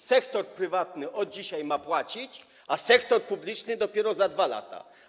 Sektor prywatny od dzisiaj ma płacić, a sektor publiczny ma płacić dopiero za 2 lata.